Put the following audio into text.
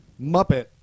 Muppet